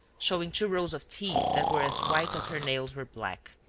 showing two rows of teeth that were as white as her nails were black.